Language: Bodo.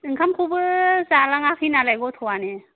ओंखामखौबो जालाङाखै नालाय गथ'आनो